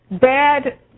bad